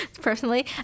personally